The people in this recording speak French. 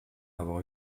avoir